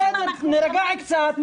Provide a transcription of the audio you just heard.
חברים, להירגע קצת.